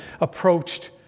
approached